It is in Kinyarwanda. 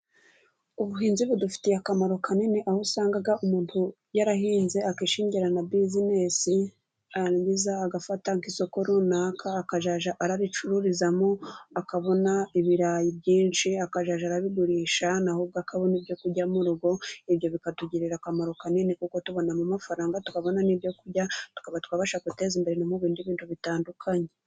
Ubuhinzi budufitiye akamaro kanini, aho usanga umuntu yarahinze akishingira na bizinesi, yarangiza agafata nk'isoko runaka, akajya arabicururizamo, akabona ibirayi byinshi, akazajya arabigurisha, nawe ubwe akabona ibyo kurya mu rugo, ibyo bikatugirira akamaro kanini kuko tubonamo amafaranga, tukabona n'ibyorya, tukaba twabasha kwiteza imbere, no mu bindi bintu bitandukanye.